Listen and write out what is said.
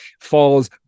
falls